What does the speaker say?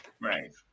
right